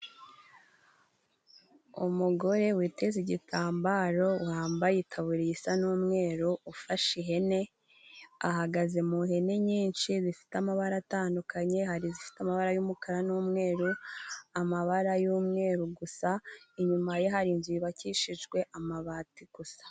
Umugore witeze igitambaro wambaye itaburiye isa n'umweru ufashe ihene ahagaze muhene nyinshi zifite amabara atandukanye hari zifite amabara y'umukara n'umweru amabara y'umweru gusa inyuma ye hari inzu yubakishijwe amabati gusa.